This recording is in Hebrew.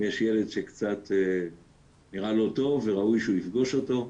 אם יש ילד שקצת נראה לא טוב וראוי שהוא יפגוש אותו,